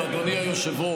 אתמול, אדוני היושב-ראש,